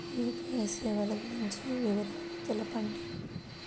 UPI సేవలు గురించి వివరాలు తెలుపండి?